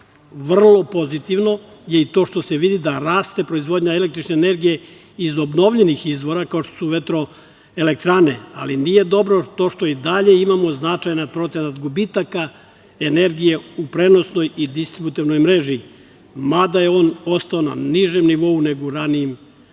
pozitivno je i to što se vidi da raste proizvodnja električne energije iz obnovljivih izvora, kao što su vetro-elektrane, ali nije dobro to što i dalje imamo značajan procenat gubitaka energije u prenosnoj i distributivnoj mreži, mada je on ostao na nižem nivou nego u nekim